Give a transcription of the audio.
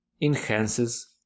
enhances